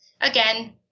again